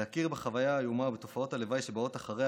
להכיר בחוויה האיומה ובתופעות הלוואי שבאות אחריה